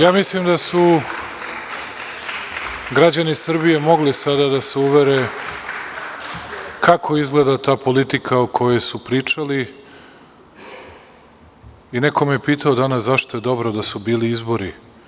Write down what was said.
Ja mislim da su građani Srbije mogli sada da se uvere kako izgleda ta politika o kojoj su pričali i neko me je pitao danas zašto je dobro da su bili izbori.